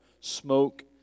smoke